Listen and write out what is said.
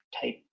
type